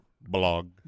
Blog